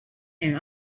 and